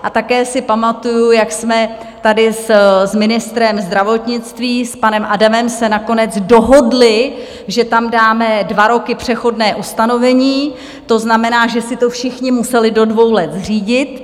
A také si pamatuju, jak jsme tady s ministrem zdravotnictví panem Adamem se nakonec dohodli, že tam dáme dva roky přechodné ustanovení, to znamená, že si to všichni museli do dvou let zřídit.